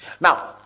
Now